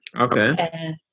Okay